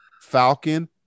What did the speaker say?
falcon